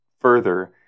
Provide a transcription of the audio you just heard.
further